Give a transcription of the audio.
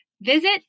visit